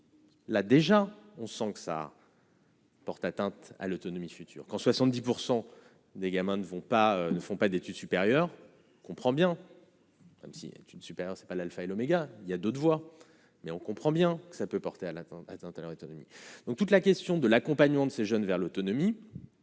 Là, déjà, on sent que ça. Porte atteinte à l'autonomie future quand 70 % des gamins ne vont pas ne font pas d'études supérieures, comprend bien, même si est une super, c'est pas l'Alpha et l'oméga il y a d'autres voies, mais on comprend bien que ça peut porter à la atteinte à leur autonomie, donc toute la question de l'accompagnement de ces jeunes vers l'autonomie,